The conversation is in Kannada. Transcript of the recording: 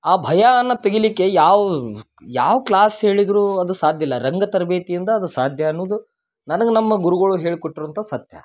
ಆ ಭಯ ಅನ್ನ ತೆಗಿಲಿಕ್ಕೆ ಯಾವ ಯಾವ ಕ್ಲಾಸ್ ಹೇಳಿದರೂ ಅದು ಸಾಧ್ಯಯಿಲ್ಲ ರಂಗ ತರಬೇತಿಯಿಂದ ಅದು ಸಾಧ್ಯ ಅನ್ನುದು ನನಗೆ ನಮ್ಮ ಗುರುಗಳು ಹೇಳ್ಕೊಟ್ಟಿರುವಂಥ ಸತ್ಯ